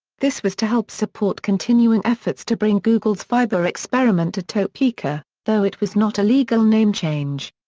this was to help support continuing efforts to bring google's fiber experiment to topeka, though it was not a legal name change.